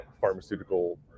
pharmaceutical